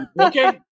Okay